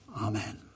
Amen